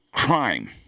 Crime